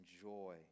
joy